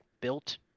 built